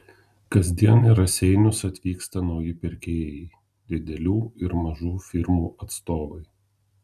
kasdien į raseinius atvyksta nauji pirkėjai didelių ir mažų firmų atstovai